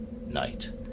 night